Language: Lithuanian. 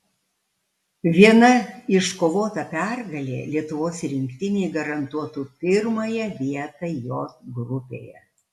viena iškovota pergalė lietuvos rinktinei garantuotų pirmąją vietą j grupėje